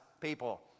people